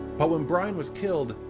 but when brian was killed,